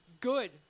good